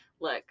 Look